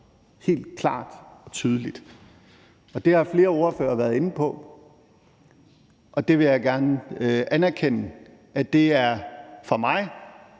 helt klart og tydeligt står med, og det har flere ordførere også været inde på, og det vil jeg gerne anerkende. Det er for mig